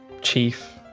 chief